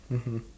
(uh huh)